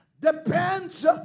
depends